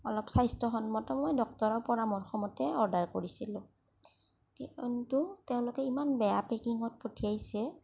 অলপ স্বাস্থ্যসন্মত মই ডক্তৰৰ পৰামৰ্শমতে অৰ্ডাৰ কৰিছিলো কিন্তু তেওঁলোকে ইমান বেয়া পেকিঙত পঠিয়াইছে